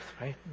right